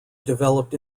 developed